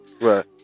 Right